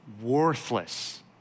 worthless